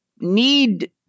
need